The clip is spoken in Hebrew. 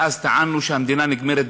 ואז טענו שהמדינה נגמרת בחדרה,